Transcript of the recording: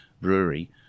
brewery